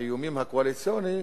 והאיומים הקואליציוניים,